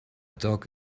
dog